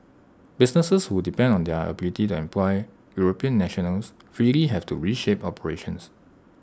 businesses who depend on their ability to employ european nationals freely have to reshape operations